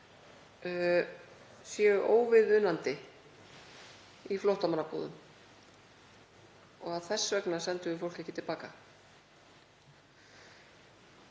séu óviðunandi í flóttamannabúðum og þess vegna sendum við það ekki til baka.